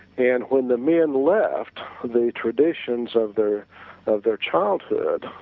and when the men left the traditions of their of their childhood,